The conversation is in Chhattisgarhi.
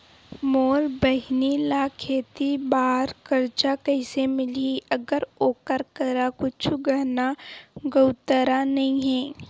मोर बहिनी ला खेती बार कर्जा कइसे मिलहि, अगर ओकर करा कुछु गहना गउतरा नइ हे?